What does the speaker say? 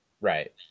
Right